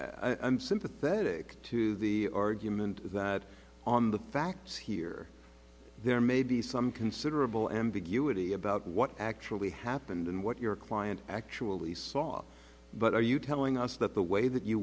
am sympathetic to the argument that on the facts here there may be some considerable ambiguity about what actually happened and what your client actually saw but are you telling us that the way that you